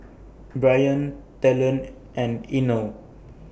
Bryon Talen and Inell